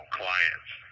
clients